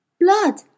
Blood